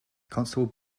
constable